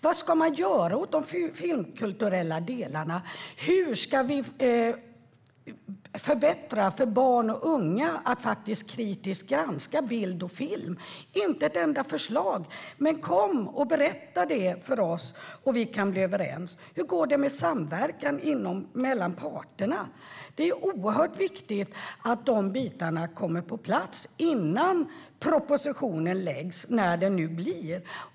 Vad ska man göra åt de filmkulturella delarna? Hur ska man förbättra möjligheterna för barn och unga att kritiskt granska bild och film? Vi har inte hört om ett enda förslag. Men berätta det för oss, så kan vi bli överens! Hur går med det med samverkan mellan parterna? Det är oerhört viktigt att de bitarna kommer på plats innan propositionen läggs fram, när det nu blir.